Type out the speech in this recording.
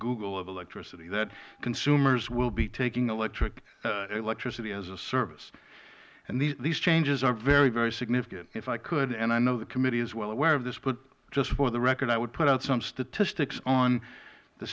google of electricity that consumers will be taking electricity as a service and these changes are very very significant if i could and i know the committee is well aware of this but just for the record i would put out some statistics on the